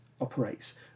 operates